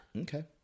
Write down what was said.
Okay